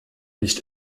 nicht